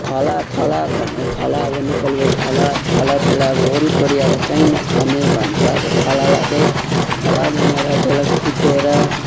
थला थला भनेर थला अब नेपालीमा थला थला त्यसलाई अब वरिपरि अब कहीँ नछर्ने भन्छ अब थलालाई चाहिँ थला बनाएर त्यसलाई कुटेर